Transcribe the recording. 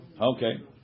Okay